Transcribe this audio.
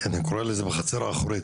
אני קורא לזה בחצר האחורית.